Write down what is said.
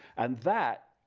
and that